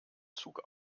zug